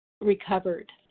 recovered